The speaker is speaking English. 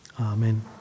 amen